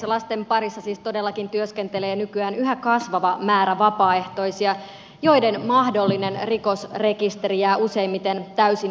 lasten parissa siis todellakin työskentelee nykyään yhä kasvava määrä vapaaehtoisia joiden mahdollinen rikosrekisteri jää useimmiten täysin pimentoon